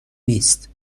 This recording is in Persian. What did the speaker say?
نیست